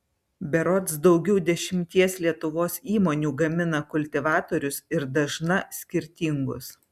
berods daugiau dešimties lietuvos įmonių gamina kultivatorius ir dažna skirtingus